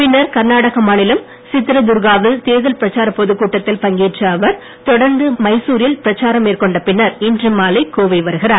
பின்னர் கர்நாடக மாநிலம் சித்ரதுர்காவில் தேர்தல் பிரச்சாரப் பொது கூட்டத்தில் பங்கேற்ற அவர் தொடர்ந்து மைசூரில் பிரச்சாம் மேற்கொண்ட பின்னர் இன்று மாலை கோவை வருகிறார்